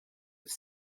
its